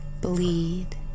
bleed